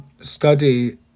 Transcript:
study